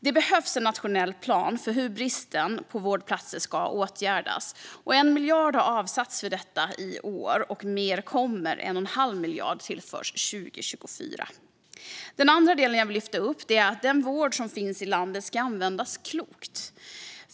Det behövs en nationell plan för hur bristen på vårdplatser ska åtgärdas. En miljard har avsatts för detta för i år och mer kommer. 1,5 miljarder tillförs 2024. Det andra jag vill lyfta upp är att den vård som finns i landet ska användas klokt.